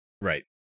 Right